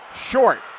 Short